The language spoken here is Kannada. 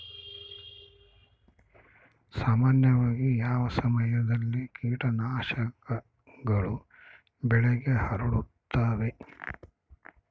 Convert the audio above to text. ಸಾಮಾನ್ಯವಾಗಿ ಯಾವ ಸಮಯದಲ್ಲಿ ಕೇಟನಾಶಕಗಳು ಬೆಳೆಗೆ ಹರಡುತ್ತವೆ?